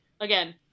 again